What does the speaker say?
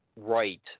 right